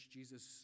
Jesus